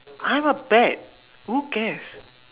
I'm a pet who cares